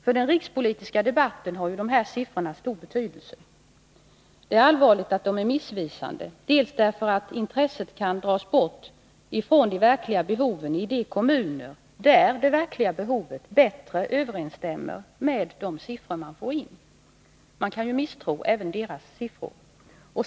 För den rikspolitiska debatten har de här siffrorna stor betydelse, och det är allvarligt att de är missvisande, bl.a. därför att intresset kan dras bort från det verkliga behovet i de kommuner där detta i stort sett överensstämmer med angivna siffror. Även deras siffror kan komma att misstros.